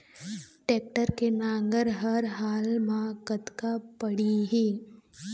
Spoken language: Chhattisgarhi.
टेक्टर के नांगर हर हाल मा कतका पड़िही?